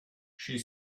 she